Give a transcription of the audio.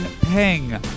Peng